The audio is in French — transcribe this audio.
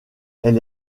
elle